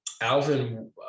Alvin